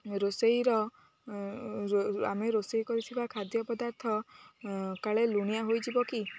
ରୋଷେଇର ଆମେ ରୋଷେଇ କରି ଥିବା ଖାଦ୍ୟ ପଦାର୍ଥ କାଳେ ଲୁଣିଆ ହୋଇଯିବ କି